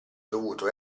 dovuto